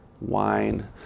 wine